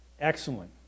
excellent